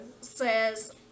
says